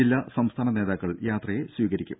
ജില്ലാ സംസ്ഥാന നേതാക്കൾ യാത്രയെ സ്വീകരിക്കും